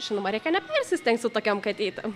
žinoma reikia nepersistengt su tokiom katytėm